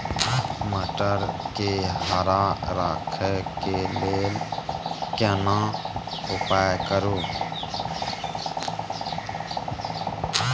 मटर के हरा रखय के लिए केना उपाय करू?